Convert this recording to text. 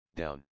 down